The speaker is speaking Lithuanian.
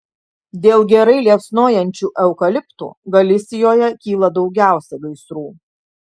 dėl gerai liepsnojančių eukaliptų galisijoje kyla daugiausiai gaisrų